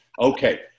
Okay